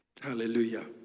Hallelujah